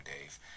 Dave